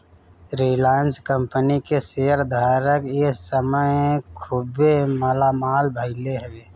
Reliance company के share धारक ए समय खुबे मालामाल भईले हवे